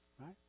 right